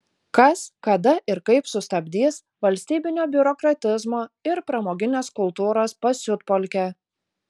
kas kada ir kaip sustabdys valstybinio biurokratizmo ir pramoginės kultūros pasiutpolkę